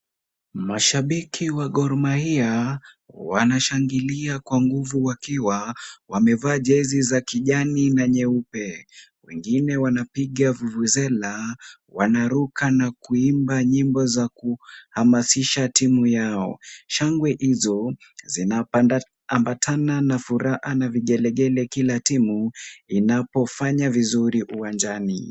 Mashabiki wa Gor Mahia, wanashangilia kwa nguvu wakiwa wamevaa jezi za kijani na nyeupe. Wengine wanapiga vuvuzela, wanaruka na kuimba nyimbo za kuhamasisha timu yao. Shangwe hizo zinaambatana na furaha na vigelegele kila timu inapofanya vizuri uwanjani.